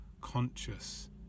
conscious